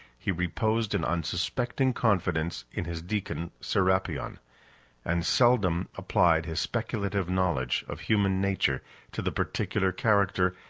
he reposed an unsuspecting confidence in his deacon serapion and seldom applied his speculative knowledge of human nature to the particular character,